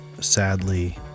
Sadly